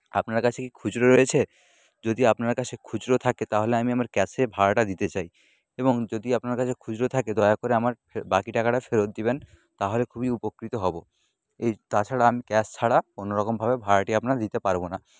আপনার কাছে কি খুচরো রয়েছে যদি আপনার কাছে খুচরো থাকে তাহলে আমি আমার ক্যাশে ভাড়াটা দিতে চাই এবং যদি আপনার কাছে খুচরো থাকে দয়া করে আমার ফের বাকি টাকাটা ফেরত দিবেন তাহলে খুবই উপকৃত হব এই তাছাড়া আমি ক্যাশ ছাড়া অন্য রকমভাবে ভাড়াটি আপনার দিতে পারব না